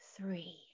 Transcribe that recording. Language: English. Three